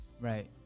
Right